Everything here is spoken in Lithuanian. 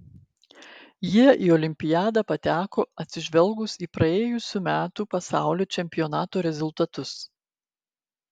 jie į olimpiadą pateko atsižvelgus į praėjusių metų pasaulio čempionato rezultatus